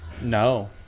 No